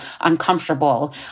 uncomfortable